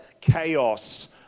chaos